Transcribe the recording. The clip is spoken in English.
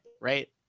right